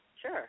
Sure